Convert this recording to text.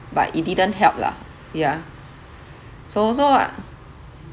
but it didn't help lah yeah so so I~